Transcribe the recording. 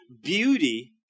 beauty